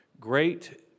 great